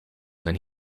and